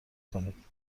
کنید